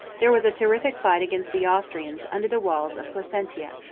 there was a terrific fight against the austrians under the walls of placentia.